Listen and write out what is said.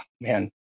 man